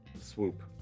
swoop